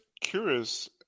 curious